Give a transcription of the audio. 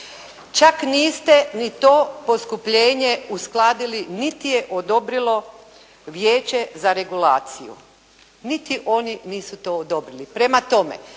Čak niste ni to poskupljenje uskladili niti je odobrilo Vijeće za regulaciju. Niti oni nisu to odobrili. Prema tome,